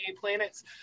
planets